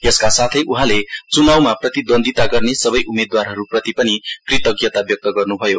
यसका साथै उहाँले चुनाउमा प्रतिद्वन्द्विता गर्ने सबै उम्मेद्वारहरूप्रति पनि कृतज्ञता व्यक्त गर्नु भयो